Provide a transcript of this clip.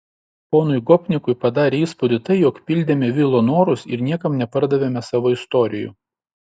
ponui gopnikui padarė įspūdį tai jog pildėme vilo norus ir niekam nepardavėme savo istorijų